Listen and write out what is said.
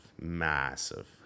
Massive